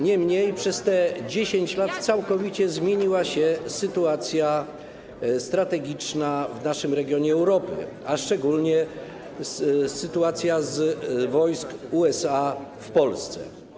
Niemniej przez te 10 lat całkowicie zmieniła się sytuacja strategiczna w naszym regionie Europy, a szczególnie sytuacja wojsk USA w Polsce.